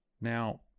Now